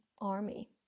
army